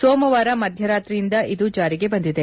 ಸೋಮವಾರ ಮಧ್ದರಾತ್ರಿಯಿಂದ ಇದು ಜಾರಿಗೆ ಬಂದಿದೆ